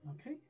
Okay